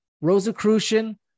Rosicrucian